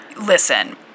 listen